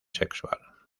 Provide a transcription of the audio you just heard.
sexual